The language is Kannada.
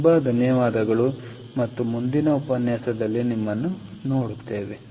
ತುಂಬಾ ಧನ್ಯವಾದಗಳು ಮತ್ತು ಮುಂದಿನ ಉಪನ್ಯಾಸದಲ್ಲಿ ನಿಮ್ಮನ್ನು ನೋಡುತ್ತೇನೆ